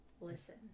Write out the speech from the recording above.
listen